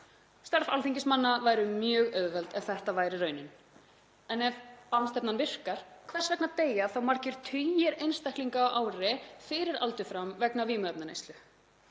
Störf alþingismanna væru mjög auðveld ef þetta væri raunin. En ef bannstefnan virkar, hvers vegna deyja margir tugir einstaklinga á ári fyrir aldur fram vegna vímuefnaneyslu?